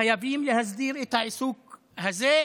חייבים להסדיר את העיסוק הזה,